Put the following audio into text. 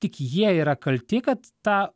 tik jie yra kalti kad tą